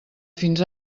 fins